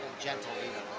gentle leader.